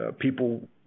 people